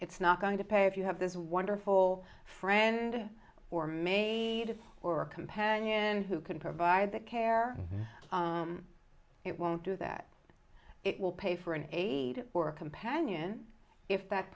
it's not going to pay if you have this wonderful friend or may or a companion who can provide the care it won't do that it will pay for an aide or companion if that